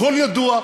הכול ידוע.